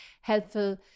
helpful